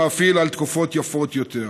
המאפיל על תקופות יפות יותר.